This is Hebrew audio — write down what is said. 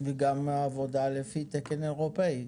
וגם העבודה לפי תקן אירופאי.